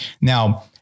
Now